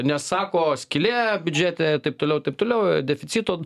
nes sako skylė biudžete taip toliau taip toliau deficito